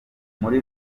muri